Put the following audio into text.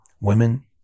Women